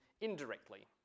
indirectly